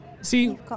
see